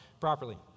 properly